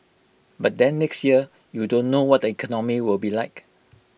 but then next year you don't know what the economy will be like